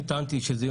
כי זה יום